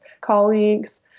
colleagues